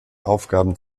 aufgaben